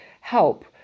help